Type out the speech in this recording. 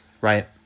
right